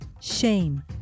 shame